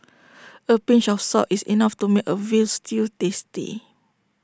A pinch of salt is enough to make A Veal Stew tasty